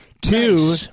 Two